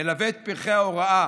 מלווה את פרחי ההוראה